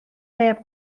neb